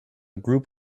group